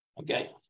Okay